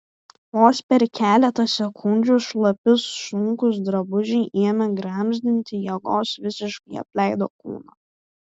vos per keletą sekundžių šlapi sunkūs drabužiai ėmė gramzdinti jėgos visiškai apleido kūną